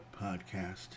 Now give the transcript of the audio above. podcast